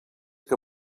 que